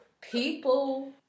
People